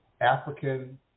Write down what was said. African